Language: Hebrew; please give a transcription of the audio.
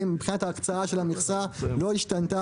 מבחינת ההקצאה של המכסה הזרה לא השתנה,